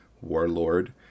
warlord